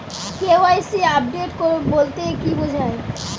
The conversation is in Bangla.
কে.ওয়াই.সি আপডেট বলতে কি বোঝায়?